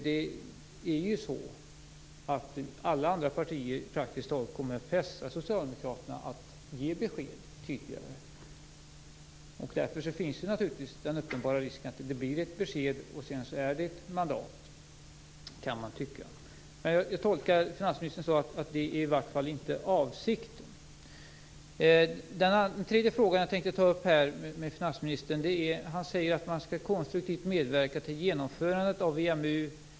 Det är ju så att praktiskt taget alla andra partier kommer att pressa Socialdemokraterna att ge besked tidigare. Därför finns naturligtvis den uppenbara risken att det blir ett besked och att det sedan blir ett mandat, men jag tolkar finansministern så att det i vart fall inte är avsikten. Finansministern säger att man skall konstruktivt medverka till genomförandet av EMU.